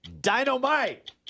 dynamite